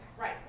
Right